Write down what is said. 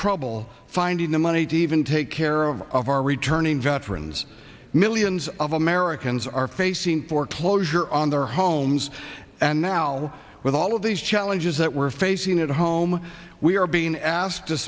trouble finding the money to even take care of of our returning veterans millions of americans are facing foreclosure on their homes and now with all of these challenges that we're facing at home we are being asked to